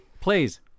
Please